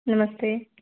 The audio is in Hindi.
नमस्ते